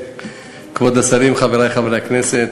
כבוד השרים, חברי חברי הכנסת,